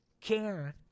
Karen